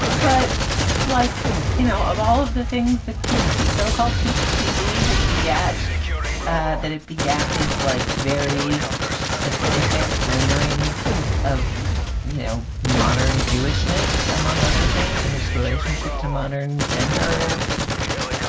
but like you know of all of the things that pete so-called pete tv has begat ah that it began this like very specific rendering of you know modern jewishness among other things and its relationship to modern gender